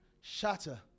shatter